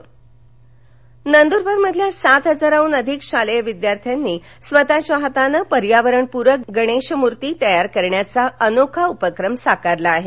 गणेशमर्ती नंदरबार नंदुरबारमधील सात हजारांहून अधिक शालेय विद्यार्थ्यांनी स्वतःच्या हाताने पर्यावरणपूरक गणेश मुर्ती तयार करण्याच्या अनोखा उपक्रम साकारला आहे